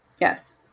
Yes